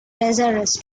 lazarus